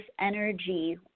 energy